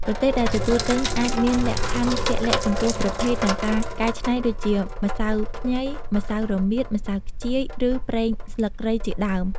ប្រទេសដែលទទួលទិញអាចមានលក្ខខណ្ឌជាក់លាក់ចំពោះប្រភេទ និងការកែច្នៃដូចជា ម្សៅខ្ញី ម្សៅរមៀត ម្សៅខ្ជាយ ឬ ប្រេងស្លឹកគ្រៃ ជាដើម។